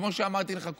כמו שאמרתי לך קודם,